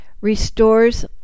Restores